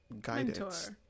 guidance